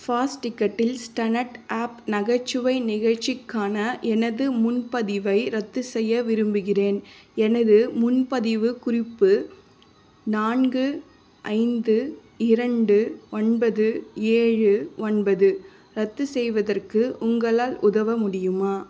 fast டிக்கெட்டில் stand up நகைச்சுவை நிகழ்ச்சிக்கான எனது முன்பதிவை ரத்துசெய்ய விரும்புகிறேன் எனது முன்பதிவு குறிப்பு நான்கு ஐந்து இரண்டு ஒன்பது ஏழு ஒன்பது ரத்து செய்வதற்கு உங்களால் உதவ முடியுமா